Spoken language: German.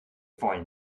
wollen